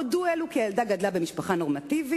הודו אלו כי הילדה גדלה במשפחה נורמטיבית